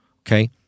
okay